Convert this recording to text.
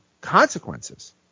consequences